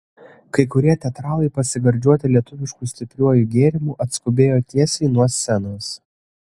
kai kurie teatralai pasigardžiuoti lietuvišku stipriuoju gėrimu atskubėjo tiesiai nuo scenos